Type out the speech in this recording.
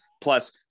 plus